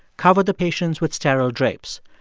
cover the patients with sterile drapes,